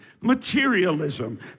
materialism